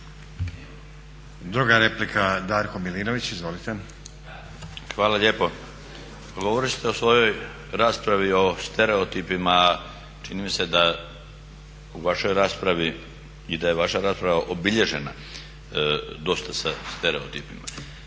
Druga replika, Darko Milinović, izvolite. **Milinović, Darko (HDZ)** Hvala lijepo. Pa govorili ste u svojoj raspravi o stereotipima, čini mi se da u vašoj raspravi i da je vaša rasprava obilježena dosta sa stereotipima.